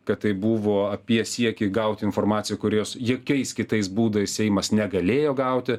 kad tai buvo apie siekį gaut informaciją kurios jokiais kitais būdais seimas negalėjo gauti